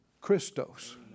Christos